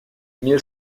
мир